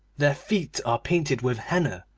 their feet are painted with henna,